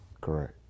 Correct